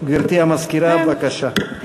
גברתי המזכירה, בבקשה.